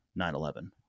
9-11